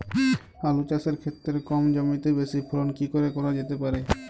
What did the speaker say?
আলু চাষের ক্ষেত্রে কম জমিতে বেশি ফলন কি করে করা যেতে পারে?